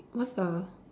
what's the